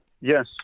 Yes